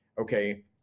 okay